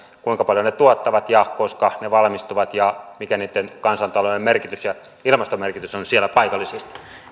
kuinka paljon ne tuottavat ja koska ne valmistuvat ja mikä niitten kansantaloudellinen merkitys ja ilmastomerkitys on siellä paikallisesti